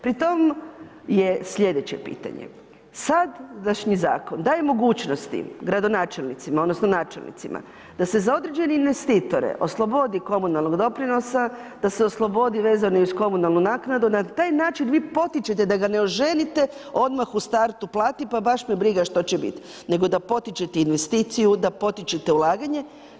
Pritom je slijedeće pitanje, sadašnji zakon daje mogućnosti gradonačelnicima odnosno načelnicima da se za određen investitore oslobodi komunalnog doprinosa, da se oslobodi vezano i uz komunalnu naknadu, na taj način vi potičete da ga ne oženite, odmah u startu plati pa baš me briga što će biti nego da potičete investiciju, da potičete ulaganje.